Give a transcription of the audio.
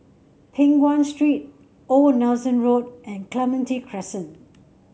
Peng Nguan Street Old Nelson Road and Clementi Crescent